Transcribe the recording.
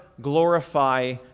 glorify